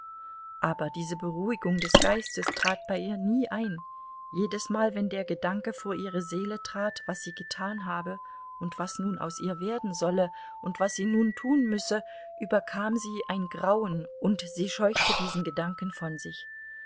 aber diese beruhigung des geistes trat bei ihr nie ein jedesmal wenn der gedanke vor ihre seele trat was sie getan habe und was nun aus ihr werden solle und was sie nun tun müsse überkam sie ein grauen und sie scheuchte diesen gedanken von sich